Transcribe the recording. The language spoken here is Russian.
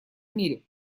мире